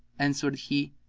answered he,